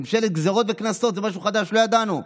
ממשלת גזרות וקנסות, זה משהו חדש שלא ידענו.